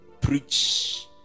preach